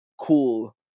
cool